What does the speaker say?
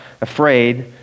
afraid